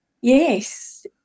Yes